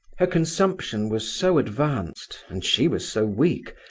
her consumption was so advanced, and she was so weak,